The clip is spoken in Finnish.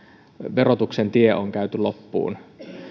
verotuksen tie on käyty loppuun